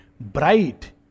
Bright